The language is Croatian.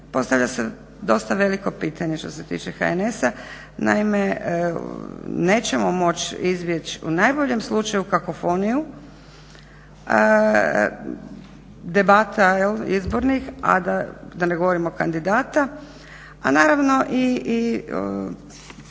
postavlja se dosta veliko pitanje šta se tiče HNS-a. Naime nećemo moć izbjeć u najboljem slučaju kakofoniju, debata izbornih a da ne govorim kandidata a naravno i